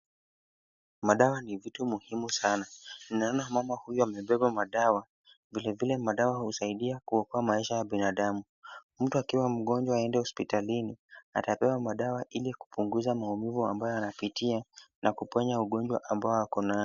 Madawa ni vitu muhimu sana. Naona mama huyu amebeba madawa, vilevile madawa husaidia kuokoa maisha ya binadamu. Mtu akiwa mgonjwa aende hospitalini, atapewa madawa ili kupunguza maumivu ambayo anapitia na kuponya ugonjwa ambao ako nayo.